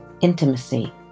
intimacy